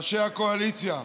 ראשי הקואליציה,